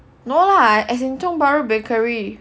no lah as in Tiong Bahru Bakery